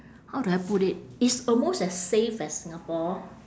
how do I put it it's almost as safe as singapore